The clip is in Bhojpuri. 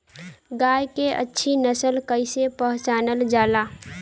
गाय के अच्छी नस्ल कइसे पहचानल जाला?